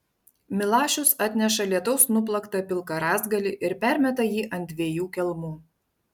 milašius atneša lietaus nuplaktą pilką rąstgalį ir permeta jį ant dviejų kelmų